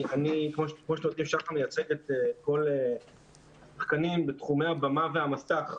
כמו שאתם יודעים שח"ם מייצג את כל השחקנים בתחומי הבמה והמסך.